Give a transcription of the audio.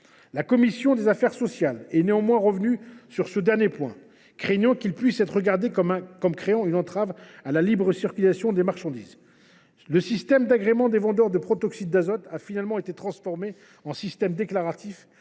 La commission des affaires sociales est néanmoins revenue sur ce dernier point, craignant qu’il puisse être regardé comme une entrave à la libre circulation des marchandises. Le système d’agrément des vendeurs de protoxyde d’azote a finalement été transformé en un système déclaratif,